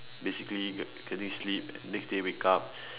basically go to sleep and next day wake up